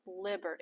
liberty